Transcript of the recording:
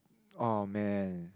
oh man